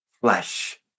flesh